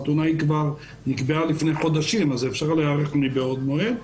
היא נקבעה כבר לפני חודשים אז אפשר להיערך מבעוד מועד.